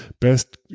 best